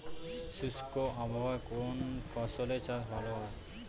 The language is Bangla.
শুষ্ক আবহাওয়ায় কোন ফসলের চাষ ভালো হয়?